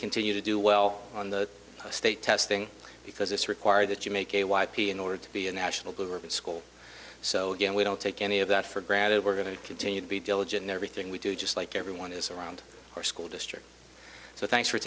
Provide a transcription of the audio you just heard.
continue to do well on the state testing because it's required that you make a y p in order to be a national blue ribbon school so again we don't take any of that for granted we're going to continue to be diligent in everything we do just like everyone is around our school district so thanks for